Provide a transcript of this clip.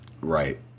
Right